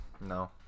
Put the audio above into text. No